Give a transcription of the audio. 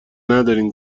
ندارین